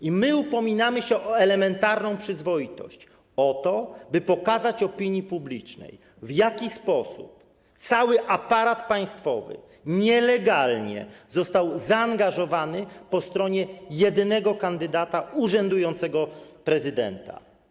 I my upominamy się o elementarną przyzwoitość, o to, by pokazać opinii publicznej, w jaki sposób cały aparat państwowy nielegalnie został zaangażowany po stronie jednego kandydata - urzędującego prezydenta.